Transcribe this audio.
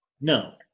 No